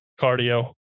cardio